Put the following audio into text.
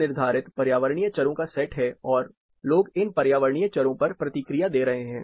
पूर्व निर्धारित पर्यावरणीय चरों का सेट हैं और लोग इन पर्यावरणीय चरों पर प्रतिक्रिया दे रहे हैं